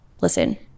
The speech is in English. listen